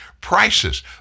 prices